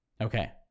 Okay